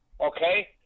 Okay